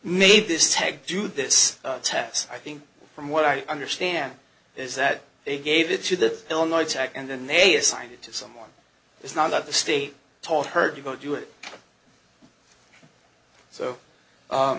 made this tag do this test i think from what i understand is that they gave it to the illinois tech and then they assigned it to someone it's not that the state told her to go do it so